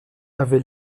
avait